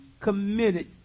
committed